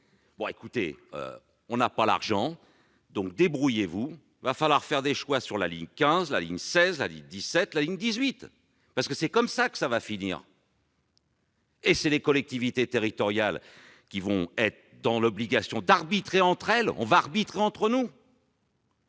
Bon, écoutez, on n'a pas d'argent, débrouillez-vous, il va falloir faire des choix sur la ligne 15, la ligne 16, la ligne 17, la ligne 18. » C'est comme cela que cela va finir. Et ce sont les collectivités territoriales qui vont devoir arbitrer entre elles. On va arbitrer entre nous